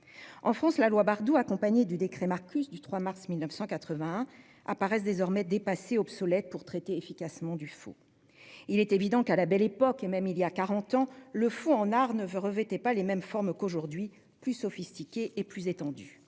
En France, la loi Bardoux, accompagnée du décret Marcus du 3 mars 1981, semble désormais dépassée, obsolète pour traiter efficacement du faux. Il est évident qu'à la Belle Époque, et même il y a quarante ans, le faux en art ne revêtait pas les mêmes formes qu'aujourd'hui, devenues plus sophistiquées et plus étendues.